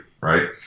right